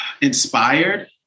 inspired